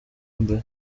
mbere